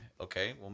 Okay